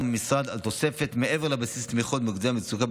במשרד על תוספת מעבר לבסיס תמיכות מוקדי המצוקה,